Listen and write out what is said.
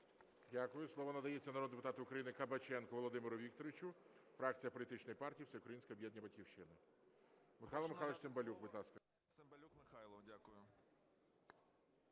Дякую. Слово надається народному депутату України Кабаченку Володимиру Вікторовичу, фракція політичної партії Всеукраїнське об'єднання "Батьківщина". Михайло Михайлович Цимбалюк, будь ласка.